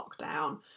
lockdown